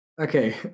okay